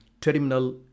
terminal